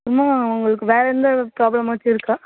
இன்னும் உங்களுக்கு வேறு எந்த ப்ராப்ளமாச்சும் இருக்கா